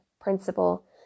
principle